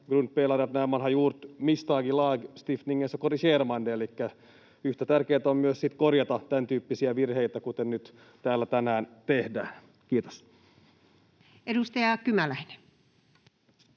yhtä tärkeätä on myös sitten korjata tämäntyyppisiä virheitä, kuten täällä nyt tänään tehdään. — Kiitos. Edustaja Kymäläinen.